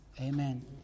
Amen